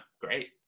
great